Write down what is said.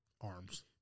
arms